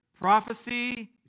prophecy